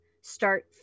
start